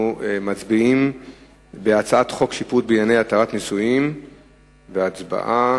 ההצעה להעביר את הצעת חוק שיפוט בענייני התרת נישואין (מקרים מיוחדים